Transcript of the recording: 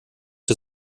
der